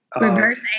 Reverse